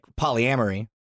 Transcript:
polyamory